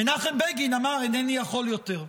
מנחם בגין אמר: אינני יכול יותר.